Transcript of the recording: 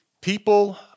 People